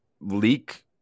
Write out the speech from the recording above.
leak